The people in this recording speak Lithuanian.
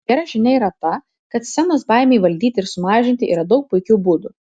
gera žinia yra ta kad scenos baimei valdyti ir sumažinti yra daug puikių būdų